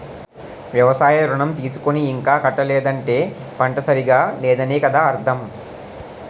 వ్యవసాయ ఋణం తీసుకుని ఇంకా కట్టలేదంటే పంట సరిగా లేదనే కదా అర్థం